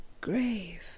Grave